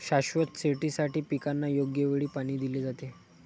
शाश्वत शेतीसाठी पिकांना योग्य वेळी पाणी दिले जाते